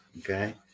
Okay